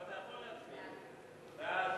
חוק לתיקון פקודת העיריות (הוראת